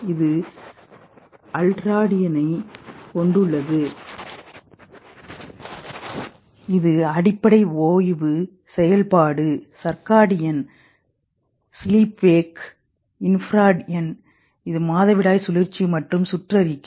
இது அல்ட்ராடியனைக் கொண்டுள்ளது இது அடிப்படை ஓய்வு செயல்பாடு சர்க்காடியன் ஸ்லீப் வேக் இன்ஃப்ராடியன் இது மாதவிடாய் சுழற்சி மற்றும் சுற்றறிக்கை